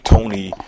Tony